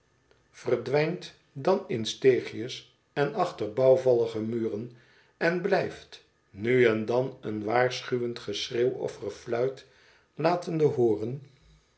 verdwijnt dan in steegjes en achter bouwvallige muren en blijft nu en dan een waarschuwend geschreeuw of gefluit latende hooren